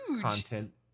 content